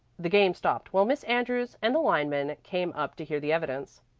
the game stopped while miss andrews and the line-men came up to hear the evidence.